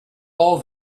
all